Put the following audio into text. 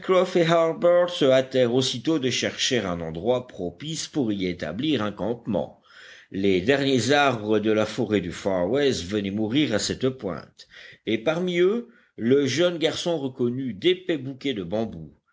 se hâtèrent aussitôt de chercher un endroit propice pour y établir un campement les derniers arbres de la forêt du far west venaient mourir à cette pointe et parmi eux le jeune garçon reconnut d'épais bouquets de bambous